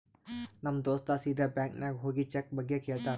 ನಮ್ ದೋಸ್ತ ಸೀದಾ ಬ್ಯಾಂಕ್ ನಾಗ್ ಹೋಗಿ ಚೆಕ್ ಬಗ್ಗೆ ಕೇಳ್ತಾನ್